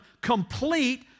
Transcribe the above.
complete